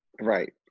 Right